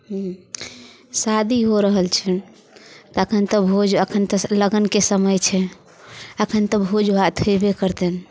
शादी हो रहल छनि तखन तऽ भोज एखन तऽ लगनके समय छै एखन तऽ भोज भात हेबे करतनि